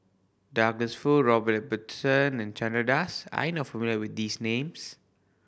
Douglas Foo Robert Ibbetson and Chandra Das are you not familiar with these names